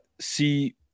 see